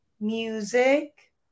Music